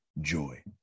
joy